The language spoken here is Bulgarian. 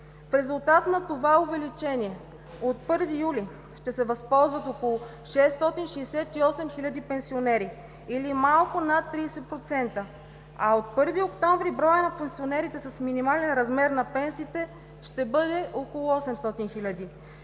В резултат на това увеличение от 1 юли ще се възползват около 668 хиляди пенсионери, или малко над 30%, а от 1 октомври броят на пенсионерите с минимален размер на пенсията ще бъде около 800 хиляди,